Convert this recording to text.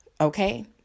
Okay